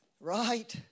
Right